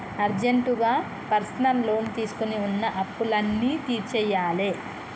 అర్జెంటుగా personal loan తీసుకొని వున్న అప్పులన్నీ తీర్చేయ్యాలే